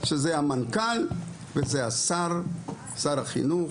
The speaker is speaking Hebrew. שהם המנכ"ל ושר החינוך.